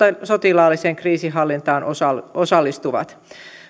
sotilaalliseen kriisinhallintaan osallistuvat